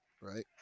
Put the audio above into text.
right